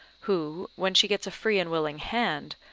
who, when she gets a free and willing hand,